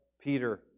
Peter